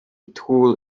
tool